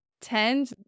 tend